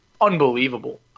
unbelievable